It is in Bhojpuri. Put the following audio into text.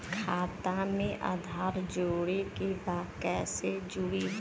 खाता में आधार जोड़े के बा कैसे जुड़ी?